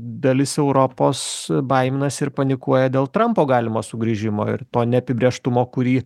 dalis europos baiminasi ir panikuoja dėl trampo galimo sugrįžimo ir to neapibrėžtumo kurį